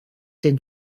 den